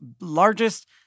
largest